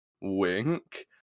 wink